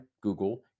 Google